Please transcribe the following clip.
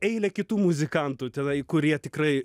eilė kitų muzikantų tenai kurie tikrai